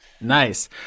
Nice